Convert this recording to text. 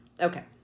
Okay